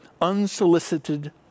unsolicited